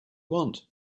want